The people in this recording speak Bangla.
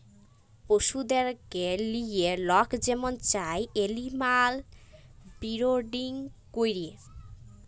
পশুদেরকে লিঁয়ে লক যেমল চায় এলিম্যাল বিরডিং ক্যরে